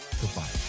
goodbye